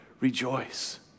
rejoice